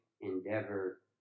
endeavor